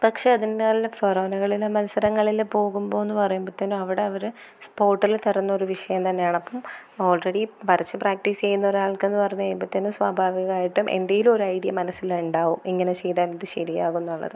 പക്ഷെ അതിൻറ്റേതായുള്ള മത്സരങ്ങളിൽ പോകുമ്പോൾ എന്ന് പറയുമ്പം തന്നെയും അവിടെ അവർ സ്പോട്ടിൽ തരുന്ന ഒരു വിഷയം തന്നെയാണ് അപ്പം ഓൾറെഡി വരച്ച് പ്രാക്റ്റീസ് ചെയ്യുന്ന ഒരാൾക്ക് എന്ന് പറഞ്ഞ് കഴിയുമ്പം തന്നെയും സ്വാഭാവികമായിട്ടും എന്തെങ്കിലും ഒരു ഐഡിയ മനസ്സിൽ ഉണ്ടാവും ഇങ്ങനെ ചെയ്താൽ ഇത് ശരിയാവും എന്നുള്ളത്